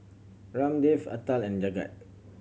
Ramdev Atal and Jagat